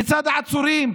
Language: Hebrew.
לצד האסורים.